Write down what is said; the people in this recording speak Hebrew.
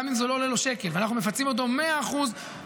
גם אם זה לא עולה לו שקל ואנחנו מפצים אותו 100% מהעלויות,